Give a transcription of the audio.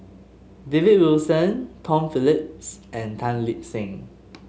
David Wilson Tom Phillips and Tan Lip Seng